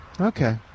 Okay